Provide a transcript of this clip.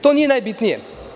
To nije najbitnije.